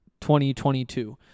2022